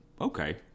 okay